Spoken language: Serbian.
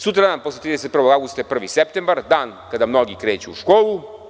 Sutradan, posle 31. avgusta je prvi septembar, dan kada mnogi kreću u školu.